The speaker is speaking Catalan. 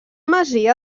masia